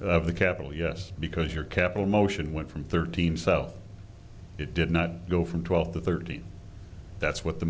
of the capitol yes because your capitol motion went from thirteen so it did not go from twelve to thirteen that's what the